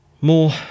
More